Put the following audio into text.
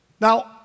Now